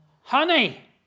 Honey